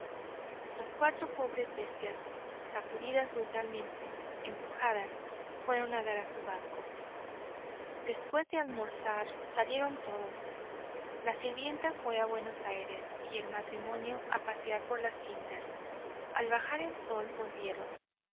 las cuatro pobres bestias sacudidas brutalmente empujadas fueron a dar a su banco después de almorzar salieron todos la sirvienta fué a buenos aires y el matrimonio a pasear por las quintas al bajar el sol volvieron